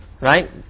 right